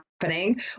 happening